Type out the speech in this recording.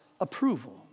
approval